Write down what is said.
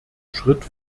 schritt